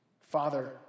Father